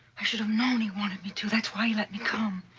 i should've known he wanted me to. that's why he let me come.